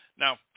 Now